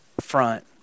front